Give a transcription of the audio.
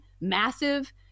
massive